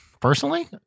personally